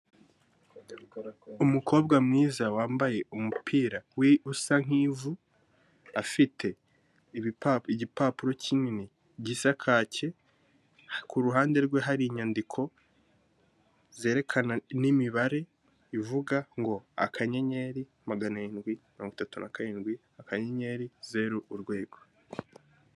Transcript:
Umukobwa mwiza wambaye umupira usa nk'ivu, afite igipapuro kinini gisa kake, ku ruhande rwe hari inyandiko, zerekana n'imibare ivuga ngo "aka nyenyeri magana rindwi mirongo itatu na karindwi, akanyenyeri zeru urwego".